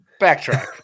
Backtrack